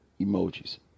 emojis